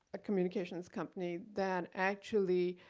a communications company that actually